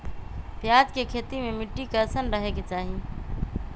प्याज के खेती मे मिट्टी कैसन रहे के चाही?